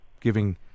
giving